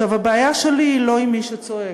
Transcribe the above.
הבעיה שלי היא לא עם מי שצועק.